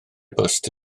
bost